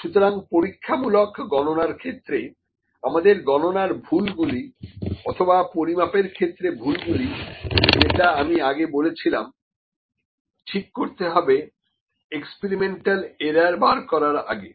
সুতরাং পরীক্ষা মূলক গণনার ক্ষেত্রে আমাদের গণনার ভুলগুলি অথবা পরিমাপের ক্ষেত্রে ভুলগুলি যেটা আমি আগে বলেছিলাম ঠিক করতে হবে এক্সপেরিমেন্টাল এরার বার করার আগে